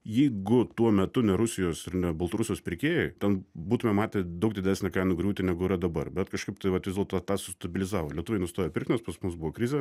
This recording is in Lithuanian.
jeigu tuo metu ne rusijos ir ne baltarusijos pirkėjai ten būtume matę daug didesnę kainų griūtį negu yra dabar bet kažkaip tai vat vis dėlto tą sustabilizavo lietuviai nustojo pirkt nes pas mus buvo krizė